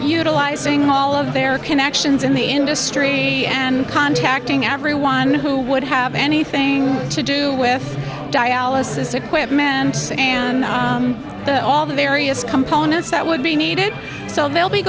utilizing all of their connections in the industry and contacting everyone who would have anything to do with dialysis equipment and to all the various components that would be needed so they'll be